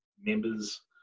members